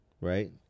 right